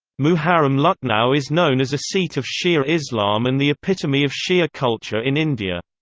muharram lucknow is known as a seat of shia islam and the epitome of shia culture in india.